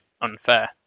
unfair